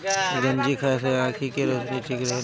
गंजी खाए से आंखी के रौशनी ठीक रहेला